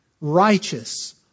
righteous